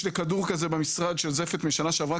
יש לי כדור כזה של זפת במשרד משנה שעברה,